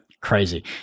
Crazy